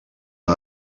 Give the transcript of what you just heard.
han